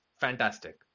fantastic